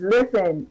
Listen